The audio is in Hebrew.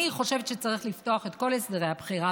אני חושבת שצריך לפתוח את כל הסדרי הבחירה.